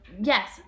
Yes